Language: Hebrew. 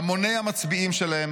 "המוני המצביעים שלהם,